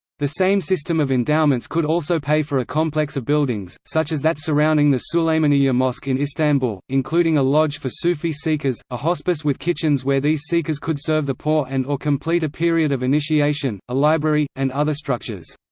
the same system of endowments could also pay for a complex of buildings, such as that surrounding the suleymaniye mosque in istanbul, including a lodge for sufi seekers, a hospice with kitchens where these seekers could serve the poor and or complete a period of initiation, a library, and other structures.